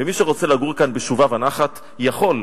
ומי שרוצה לגור כאן בשובה ונחת, יכול.